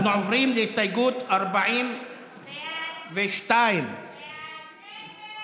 אנחנו עוברים להסתייגות 42. ההסתייגות